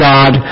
God